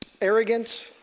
Arrogant